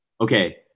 Okay